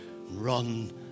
run